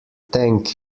thank